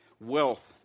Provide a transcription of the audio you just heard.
wealth